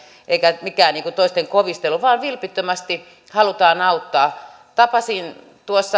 eikä mikään toisten kovistelu vaan vilpittömästi halutaan auttaa tapasin